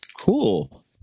cool